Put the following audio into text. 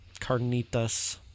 carnitas